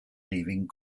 leaving